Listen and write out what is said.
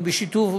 ובשיתוף,